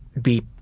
be,